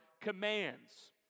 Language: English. commands